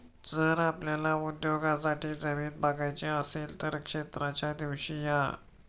जर आपल्याला उद्योगासाठी जमीन बघायची असेल तर क्षेत्राच्या दिवशी या